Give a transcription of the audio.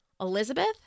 Elizabeth